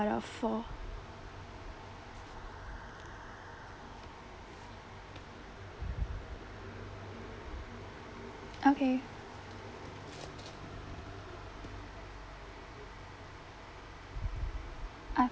out of four okay ah